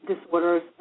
disorders